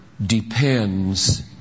depends